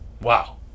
wow